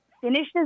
finishes